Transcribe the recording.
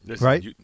Right